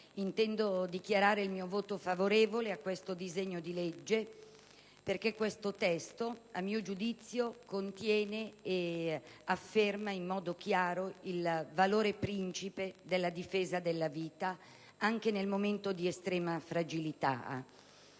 intendo dichiarare il mio voto favorevole a questo disegno di legge, perché questo testo, a mio giudizio, contiene ed afferma in modo chiaro il valore principe della difesa della vita, anche nel momento di estrema fragilità,